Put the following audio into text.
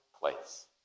place